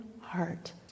heart